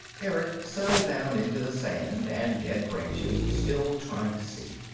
erick settled down into the sand and dead branches, still trying to see.